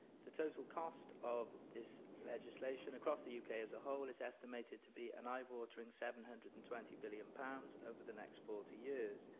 the total cost of this legislation across the uk as a whole is estimated to be an eye-watering seven hundred and twenty billion pounds over the next forty years.